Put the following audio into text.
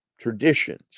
traditions